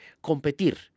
competir